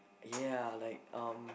ya like um